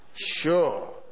sure